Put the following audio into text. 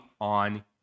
on